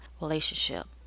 relationship